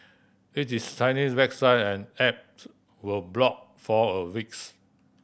it is Chinese website and app were blocked for a weeks